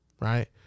right